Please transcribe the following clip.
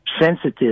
sensitive